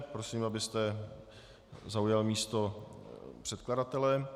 Prosím, abyste zaujal místo předkladatele.